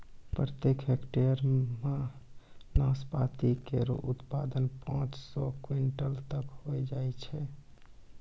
प्रत्येक हेक्टेयर म नाशपाती केरो उत्पादन पांच सौ क्विंटल तक होय जाय छै